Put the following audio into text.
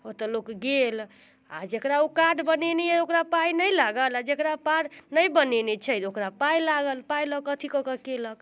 ओतऽ लोक गेल आ जेकरा ओ कार्ड बनेने अइ ओकरा पाय नहि लागल आ जेकरा कार्ड नहि बनेने छै ओकरा पाय लागल पाय पाय लऽके अथी कऽ के कयलक